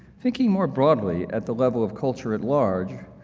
thinking more broadly at the level of culture at large,